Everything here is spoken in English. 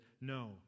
no